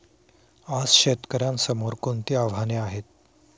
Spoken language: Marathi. आज शेतकऱ्यांसमोर कोणती आव्हाने आहेत?